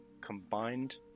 combined